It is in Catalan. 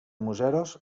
museros